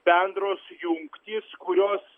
bendros jungtys kurios